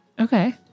Okay